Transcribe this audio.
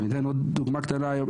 אני אתן עוד דוגמה קטנה היום,